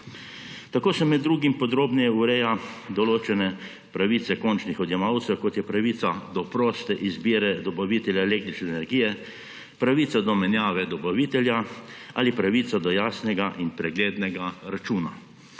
Tako se med drugim podrobneje urejajo določene pravice končnih odjemalcev, kot je pravica do proste izbire dobavitelja električne energije, pravica do menjave dobavitelja ali pravica do jasnega in preglednega računa.